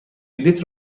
بلیط